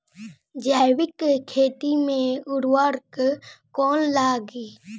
जैविक खेती मे उर्वरक कौन लागी?